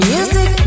Music